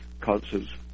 causes